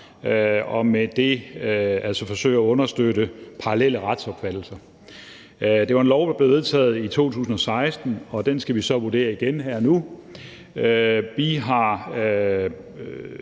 med det forsøge at understøtte parallelle retsopfattelser. Det var en lov, der blev vedtaget i 2016, og den skal vi så vurdere igen her nu.